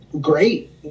great